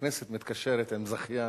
הכנסת מתקשרת עם זכיין,